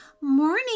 Morning